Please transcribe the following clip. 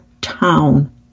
town